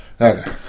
Okay